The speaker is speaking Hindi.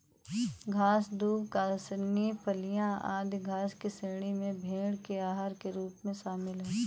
घास, दूब, कासनी, फलियाँ, इत्यादि घास की श्रेणी में भेंड़ के आहार के रूप में शामिल है